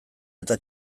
eta